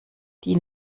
die